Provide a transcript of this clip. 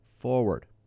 forward